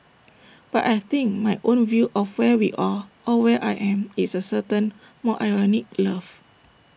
but I think my own view of where we are or where I am is A certain more ironic love